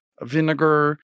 vinegar